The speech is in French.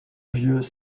vieux